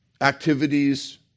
activities